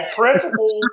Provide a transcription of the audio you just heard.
principle